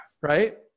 right